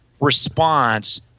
response